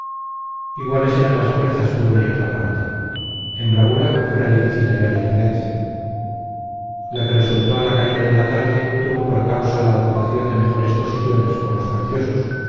iguales eran las fuerzas por una y otra parte en bravura fuera difícil hallar diferencia la que resultó a la caída de la tarde tuvo por causa la ocupación de mejores posiciones por los facciosos